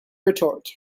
retort